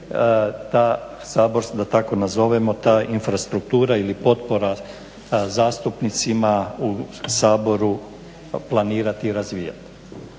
ta saborska, da tako nazovemo ta infrastruktura ili potpora zastupnicima u Saboru planirati i razvijati.